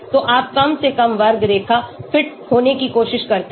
तो आप कम से कम वर्ग रेखा फिट होने की कोशिश करते हैं